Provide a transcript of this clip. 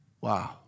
Wow